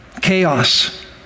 chaos